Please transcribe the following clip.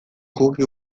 cookie